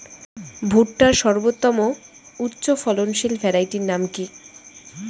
ভুট্টার সর্বোত্তম উচ্চফলনশীল ভ্যারাইটির নাম কি?